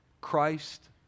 Christ